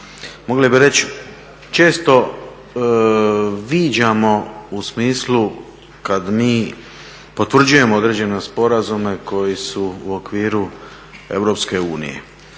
mogli bi reći često viđamo u smislu kada mi potvrđujemo određene sporazume koji su u okviru EU.